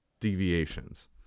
deviations